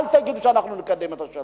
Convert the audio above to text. אל תגידו שאתם תקדמו את השלום.